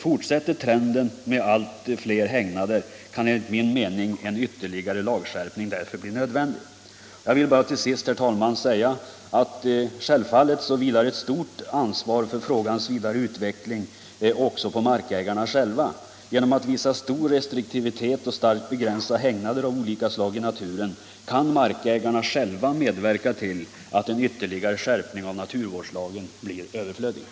Fortsätter trenden med allt fler hägnader kan enligt min mening en ytterligare lagskärpning därför bli nödvändig. Jag vill bara till sist, herr talman, säga att självfallet vilar ett stort ansvar för frågans vidare utveckling också på markägarna själva. Genom att visa stor restriktivitet och starkt begränsa hägnader av olika slag i naturen kan markägarna själva medverka till att en ytterligare skärpning av naturvårdslagen blir överflödig.